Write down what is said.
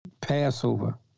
Passover